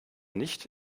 nicht